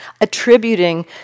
Attributing